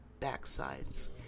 backsides